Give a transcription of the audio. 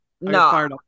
No